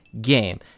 game